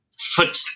foot